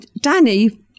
Danny